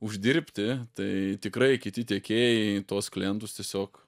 uždirbti tai tikrai kiti tiekėjai tuos klientus tiesiog